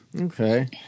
Okay